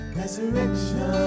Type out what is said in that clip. resurrection